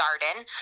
garden